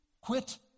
quit